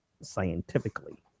scientifically